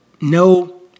no